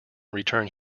return